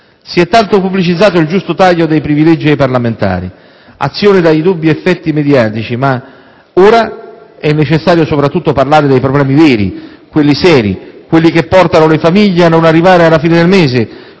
Si è tanto pubblicizzato il giusto taglio dei privilegi ai parlamentari, azione dai dubbi effetti mediatici, ma ora è necessario soprattutto parlare dei problemi veri, quelli seri, quelli che portano le famiglie a non arrivare alla fine del mese,